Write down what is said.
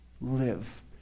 live